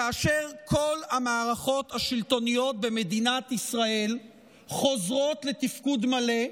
כאשר כל המערכות השלטוניות במדינת ישראל חוזרות לתפקוד מלא,